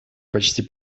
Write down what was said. почти